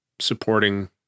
supporting